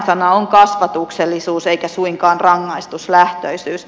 avainsana on kasvatuksellisuus eikä suinkaan rangaistuslähtöisyys